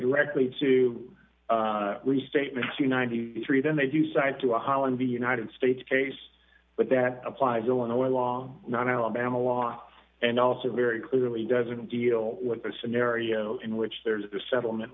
directly to restatement to ninety three then they do side to holland the united states case but that applies illinois law not alabama law and also very clearly doesn't deal with a scenario in which there is a settlement